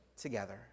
together